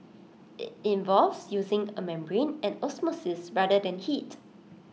IT involves using A membrane and osmosis rather than heat